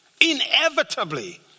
Inevitably